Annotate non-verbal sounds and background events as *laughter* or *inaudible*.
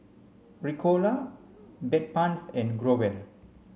ricola *unintelligible* Bedpans and Growell